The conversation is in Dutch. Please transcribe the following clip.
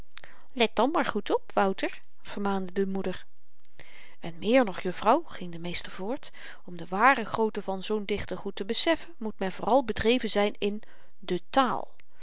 daar dan goed op wouter vermaande de moeder en méér nog juffrouw ging de meester voort om de ware grootheid van zoo'n dichter goed te beseffen moet men vooral bedreven zyn in de taal